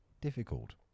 difficult